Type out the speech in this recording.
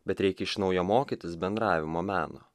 bet reikia iš naujo mokytis bendravimo meno